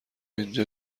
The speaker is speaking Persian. اینجا